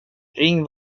ring